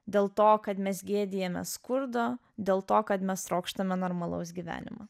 dėl to kad mes gėdijamės skurdo dėl to kad mes trokštame normalaus gyvenimo